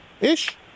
Ish